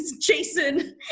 Jason